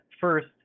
First